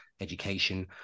education